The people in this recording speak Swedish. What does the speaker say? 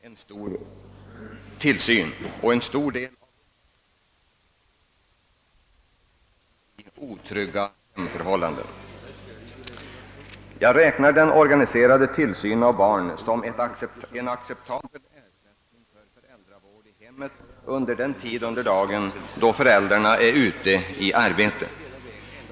En stor Idel av ungdomsprobiemen i dag har uppenbarligen sin rot i otrygga hemförhållanden. Jag räknar den organiserade tillsynen av barn som en acceptabel ersättning för föräldravård i hemmen under den tid av dagen då föräldrarna är ute i arbete.